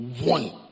One